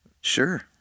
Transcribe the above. sure